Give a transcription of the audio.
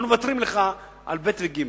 אנחנו מוותרים לך על ב' וג'.